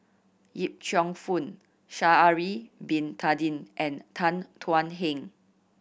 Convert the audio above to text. Yip Cheong Fun Sha'ari Bin Tadin and Tan Thuan Heng